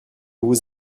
vous